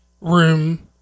room